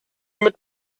mit